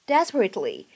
Desperately